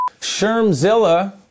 Shermzilla